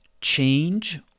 change